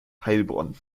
heilbronn